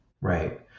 right